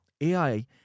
AI